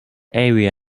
area